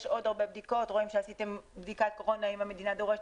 נוספו עוד הרבה בדיקות: רואים שעשיתם בדיקת קורונה אם המדינה דורשת,